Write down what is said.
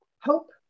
hope